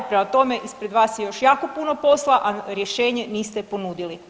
Prema tome, ispred vas je još jako puno posla, a rješenje niste ponudili.